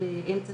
באתי